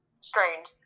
strange